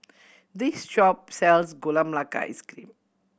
this shop sells Gula Melaka Ice Cream